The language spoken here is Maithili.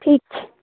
ठीक छै